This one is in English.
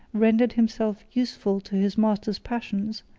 rendered himself useful to his master's passions,